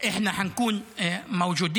חשוב שנאמר,